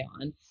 on